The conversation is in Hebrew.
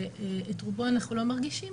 שאת רובו אנחנו לא מרגישים.